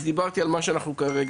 אז נגעתי בהיבטים שכולנו כרגע,